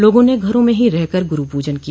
लोगों ने घरों में ही रहकर गुरू पूजन किया